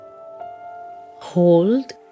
Hold